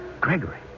Gregory